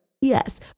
yes